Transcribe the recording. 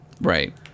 Right